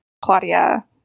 Claudia